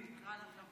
לא.